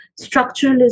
structuralism